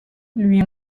lui